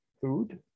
food